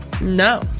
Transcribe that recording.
No